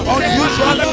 Unusual